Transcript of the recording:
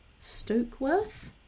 Stokeworth